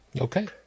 Okay